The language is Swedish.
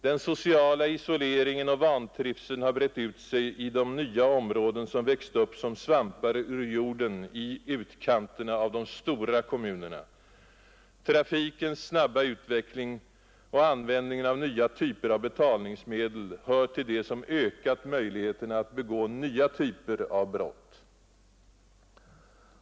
Den sociala isoleringen och vantrivseln har brett ut sig i de nya områden, som växt upp som svampar ur jorden i utkanterna av de stora kommunerna. Trafikens snabba utveckling och användningen av nya typer av betalningsmedel hör till det som ökat möjligheterna att begå nya typer av brott.